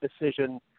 decision